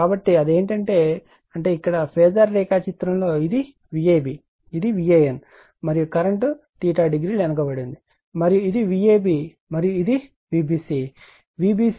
కాబట్టి అది ఏమిటంటే అంటే ఇక్కడ ఫేజార్ రేఖాచిత్రంలో ఇది Vab ఇది VAN మరియు కరెంట్ డిగ్రీలు వెనుకబడి ఉంది మరియు ఇది Vab మరియు Vbc